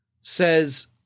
says